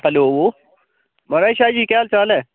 hello माराज शाह जी केह् हाल चाल ऐ